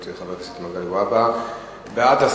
ההצעה להעביר את הנושא לוועדה משותפת של ועדת